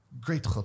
great